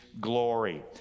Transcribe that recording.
glory